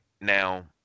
Now –